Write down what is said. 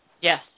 Yes